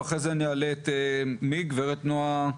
ואחרי זה אני אעלה את הגב' נעה חדוות.